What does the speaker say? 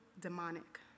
demonic